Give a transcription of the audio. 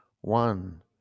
One